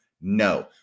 No